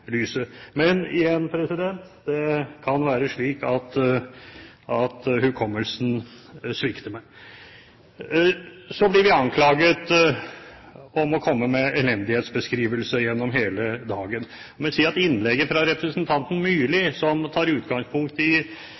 etterlyse. Men igjen: Det kan være slik at hukommelsen svikter meg. Så blir vi anklaget for å komme med elendighetsbeskrivelser gjennom hele dagen. I innlegget til representanten Myrli, som tar utgangspunkt i